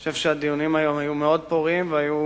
אני חושב שהדיונים היום היו מאוד פוריים והיו